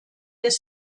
des